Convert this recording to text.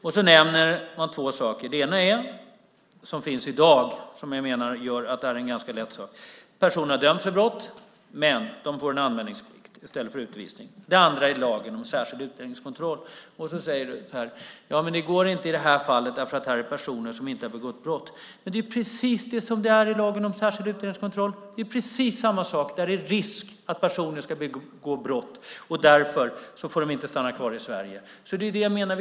Och så nämner man två saker som finns i dag, som jag menar gör att det här är en ganska lätt sak. I det ena fallet har personen dömts för brott. Men personen får en anmälningsplikt i stället för utvisning. I det andra fallet handlar det om lagen om särskild utlänningskontroll. Du säger så här: Ja, men det går inte i det här fallet eftersom det är personer som inte har begått brott. Men det är precis som det är i lagen om särskild utlänningskontroll. Det är precis samma sak. Det är risk att personer ska begå brott, och därför får de inte stanna kvar i Sverige. Det är det jag menar.